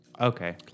Okay